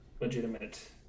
legitimate